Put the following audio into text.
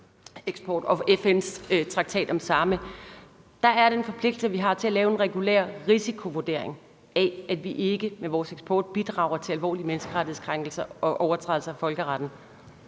og FN's traktat om samme, er der den forpligtelse, vi har til at lave en regulær risikovurdering af, at vi ikke med vores eksport bidrager til alvorlige menneskerettighedskrænkelser og overtrædelser af folkeretten.